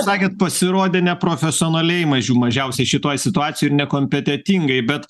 sakėt pasirodė neprofesionaliai mažių mažiausiai šitoj situacijoj ir nekompetentingai bet